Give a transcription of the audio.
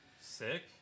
Sick